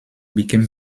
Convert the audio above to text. became